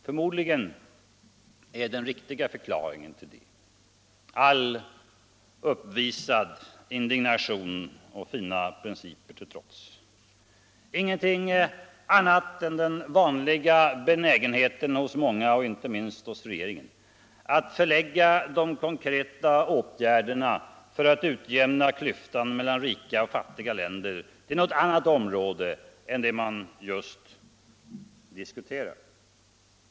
Förmodligen är den riktiga förklaringen, all uppvisad indignation och fina principer till trots, ingenting annat än den vanliga benägenheten hos många, inte minst hos regeringen, att förlägga de konkreta åtgärderna för att utjämna klyftan mellan rika och fattiga länder till något annat område än det man just diskuterar.